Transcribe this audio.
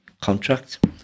contract